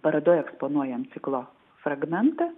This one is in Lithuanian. parodoj eksponuojam ciklo fragmentą